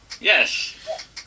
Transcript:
Yes